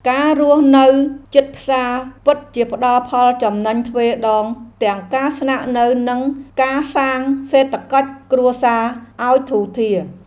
ការរស់នៅជិតផ្សារពិតជាផ្តល់ផលចំណេញទ្វេដងទាំងការស្នាក់នៅនិងការសាងសេដ្ឋកិច្ចគ្រួសារឱ្យធូរធារ។